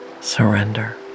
Surrender